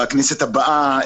בכנסת הבאה,